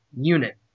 unit